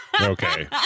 Okay